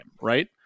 right